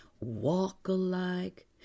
walk-alike